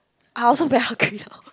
I also very hungry now